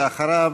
ואחריו,